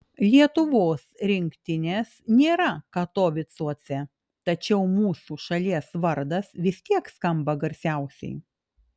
lietuvos rinktinės nėra katovicuose tačiau mūsų šalies vardas vis tiek skamba garsiausiai